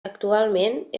actualment